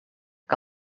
que